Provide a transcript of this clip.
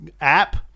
app